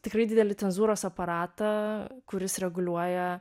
tikrai didelį cenzūros aparatą kuris reguliuoja